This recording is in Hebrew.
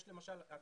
יש למשל את